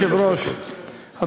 שלוש דקות.